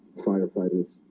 firefighters